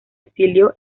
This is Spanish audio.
exilió